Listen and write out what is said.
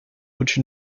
which